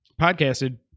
podcasted